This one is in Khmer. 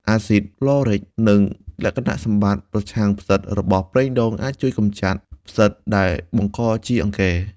អាស៊ីតឡូរិក និងលក្ខណៈសម្បត្តិ ប្រឆាំងផ្សិត របស់ប្រេងដូង អាចជួយកម្ចាត់ផ្សិតដែលបង្កជាអង្គែ។